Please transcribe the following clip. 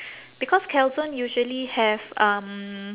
because calzone usually have um